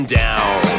down